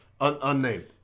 Unnamed